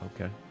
Okay